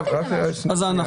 אנא,